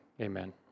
Amen